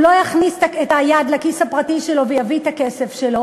הוא לא יכניס את היד לכיס הפרטי שלו ויביא את הכסף שלו,